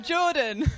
Jordan